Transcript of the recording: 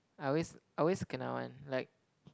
I always I always kena one like